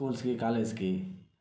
స్కూల్స్కి కాలేజెస్కీ